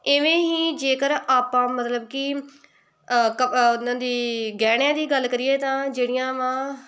ਇਵੇਂ ਹੀ ਜੇਕਰ ਆਪਾਂ ਮਤਲਬ ਕਿ ਕ ਉਹਨਾਂ ਦੀ ਗਹਿਣਿਆਂ ਦੀ ਗੱਲ ਕਰੀਏ ਤਾਂ ਜਿਹੜੀਆਂ ਵਾ